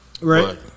Right